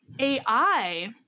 AI